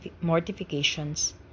mortifications